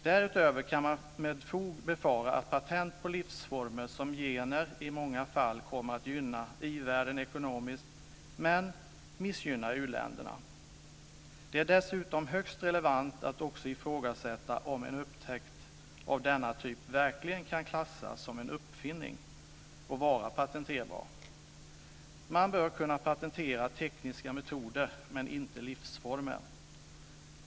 Därutöver kan man med fog befara att patent på livsformer, som gener, i många fall kommer att gynna i-världen ekonomiskt men missgynna u-länderna. Det är dessutom högst relevant att också ifrågasätta om en upptäckt av denna typ verkligen kan klassas som en uppfinning och vara patenterbar. Man bör kunna patentera tekniska metoder men inte livsformer.